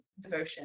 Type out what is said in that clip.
devotion